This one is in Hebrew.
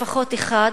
לפחות אחד,